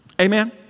Amen